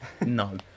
no